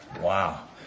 wow